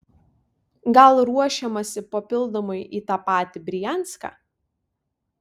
gal ruošiamasi papildomai į tą patį brianską